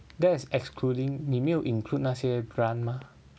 that is excluding 你没有 include 那些 grant mah